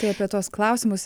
tai apie tuos klausimus